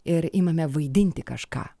ir imame vaidinti kažką